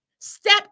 step